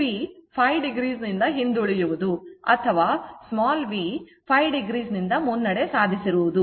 V ϕo ನಿಂದ ಹಿಂದುಳಿಯುವುದು ಅಥವಾ v ϕo ನಿಂದ ಮುನ್ನಡೆ ಸಾಧಿಸಿರುತ್ತದೆ